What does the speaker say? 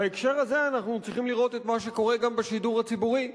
בהקשר הזה אנחנו צריכים לראות את מה קורה גם בשידור הציבורי,